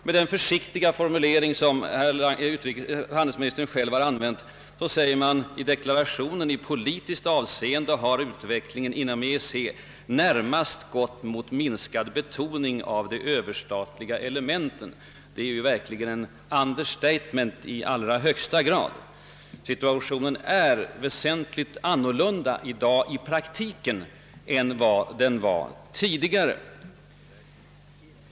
Med den försiktiga formulering som handelsministern själv använder säger han i deklarationen »att i politiskt avseende har utvecklingen i EEC närmast gått mot minskad betoning av de överstatliga elementen». Det är verkligen ett »understatement» i allra högsta grad. Situationen är i dag väsentligt annorlunda än vad den var tidigare.